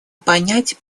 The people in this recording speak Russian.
понять